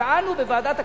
טענו בוועדת הכספים,